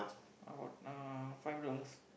EZ-Link I got uh five dollars